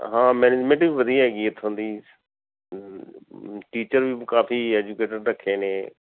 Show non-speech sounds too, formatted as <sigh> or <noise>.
ਹਾਂ ਮੈਨੇਜਮੈਂਟ ਵੀ ਵਧੀਆ ਹੈਗੀ ਇੱਥੋਂ ਦੀ <unintelligible> ਟੀਚਰ ਵੀ ਕਾਫੀ ਐਜੂਕੇਟਡ ਰੱਖੇ ਨੇ